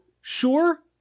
sure